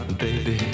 baby